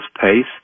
pace